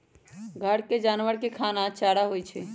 घर के जानवर के खाना चारा होई छई